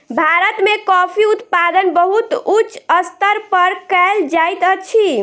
भारत में कॉफ़ी उत्पादन बहुत उच्च स्तर पर कयल जाइत अछि